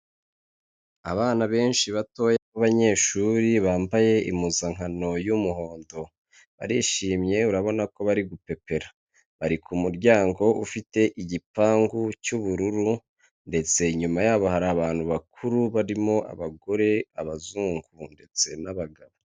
Abana benshi batoya b'abanyeshuri bambaye impuzankano y'umuhondo barishimye urabona ko bari gupepera, bari ku muryango ufite igipangu cy'ubururu ndetse nyuma y'abo hari abantu bakuru barimo abagore, abazungu ndetse n'abagabo.